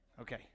Okay